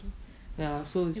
ya so